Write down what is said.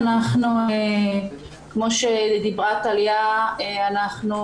כפי שדיברה טליה לנקרי,